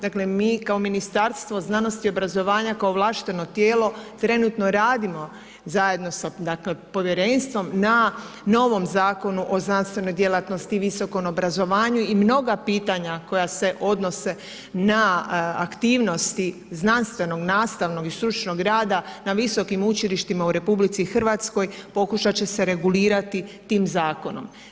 Dakle, mi kao Ministarstvo znanosti i obrazovanja, kao ovlašteno tijelo trenutno radimo zajedno, dakle s povjerenstvom na novom zakonu o znanstvenoj djelatnosti i visokom obrazovanju i mnoga pitanja koja se odnose na aktivnosti znanstvenog, nastavnog i stručnog rada na visokim učilištima u RH pokušat će se regulirati tim zakonom.